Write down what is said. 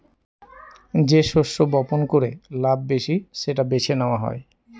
যে শস্য বপন করে লাভ বেশি সেটা বেছে নেওয়া হয়